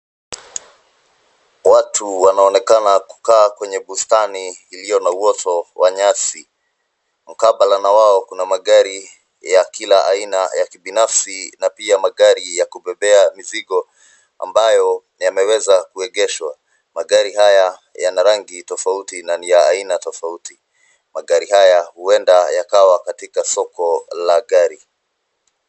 Watu wanaonekana kukaa kwenye bustani iliyo na uoto wa nyasi. Mkabala na wao kuna magari ya kila aina ya kibinafsi na pia magari ya kubebea mizigo ambayo yameweza kuegeshwa. Magari haya yana rangi tofauti na ni ya aina tofauti. Magari haya huenda yakawa katika soko la gari.